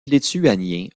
lituaniens